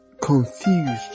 confused